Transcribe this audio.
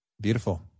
Beautiful